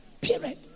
Period